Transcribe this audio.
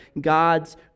God's